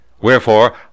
Wherefore